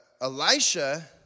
Elisha